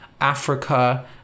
Africa